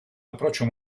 approccio